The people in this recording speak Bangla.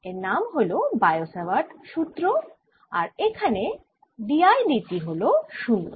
এর নাম হল বায়ো স্যাভার্ট উপপাদ্য আর এখানে d I d t হল 0